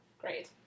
Great